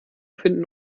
finden